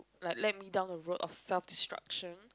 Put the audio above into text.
like led me down the road of self destruction